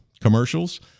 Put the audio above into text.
commercials